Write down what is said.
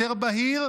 יותר בהיר,